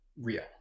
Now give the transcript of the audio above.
real